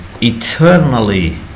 eternally